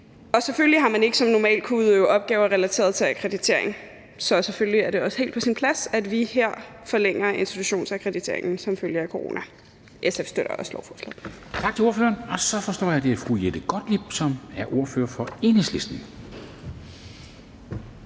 Og selvfølgelig har man ikke som normalt kunnet udføre opgaver relateret til akkreditering, så selvfølgelig er det også helt på sin plads, at vi her forlænger institutionsakkrediteringen som følge af corona. SF støtter også lovforslaget.